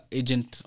agent